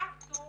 מה עשו